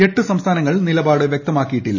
എട്ട് സംസ്ഥാനങ്ങൾ നിലപാട് വ്യക്തമാക്കിയിട്ടില്ല